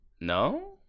No